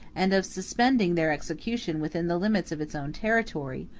and of suspending their execution within the limits of its own territory,